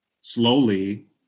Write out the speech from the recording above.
slowly